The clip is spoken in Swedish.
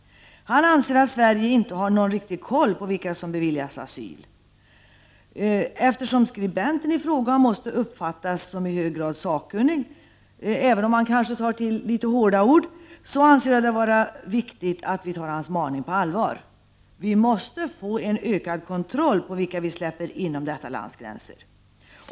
Han anser att Sverige inte har någon riktig koll på vilka som beviljas asyl. Eftersom skribenten i fråga måste uppfattas som i hög grad sakkunnig, även om han kanske tar till litet hårda ord, anser jag det vara viktigt att vi tar hans maning på allvar. Vi måste få en ökad kontroll på vilka vi släpper inom detta lands gränser.